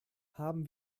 haben